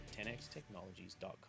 10xtechnologies.com